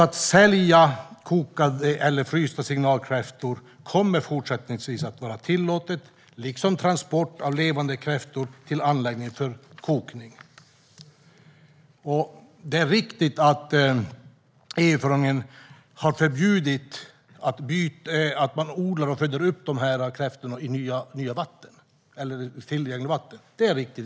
Att sälja kokta eller frysta signalkräftor kommer fortsättningsvis att vara tillåtet, liksom transport av levande kräftor till anläggningar för kokning. Det är riktigt att EU-förordningen har förbjudit att odla och föda upp kräftorna i tillgängliga vatten. Det är riktigt.